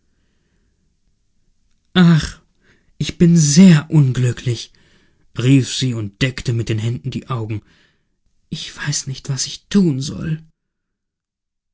ich bin sehr unglücklich rief sie und deckte mit den händen die augen ich weiß nicht was ich tun soll